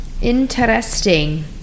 Interesting